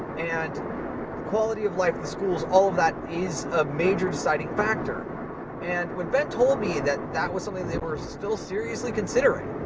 and the quality of life, the schools, all of that is a major deciding factor and when ben told me that that was something they were still seriously considering,